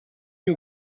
you